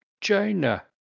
China